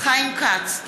חיים כץ,